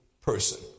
person